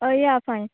अय या फायन